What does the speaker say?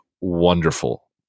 wonderful